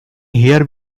here